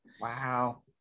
Wow